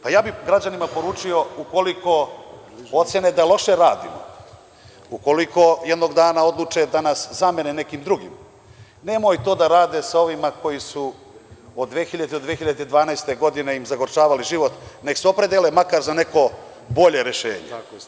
Pa, ja bih građanima poručio - ukoliko ocene da loše radimo, ukoliko jednog dana odluče da nas zamene nekim drugim, nemoj to da rade sa ovima koji su im od 2000. do 2012. godine zagorčavali život, neka se opredele makar za neko bolje rešenje.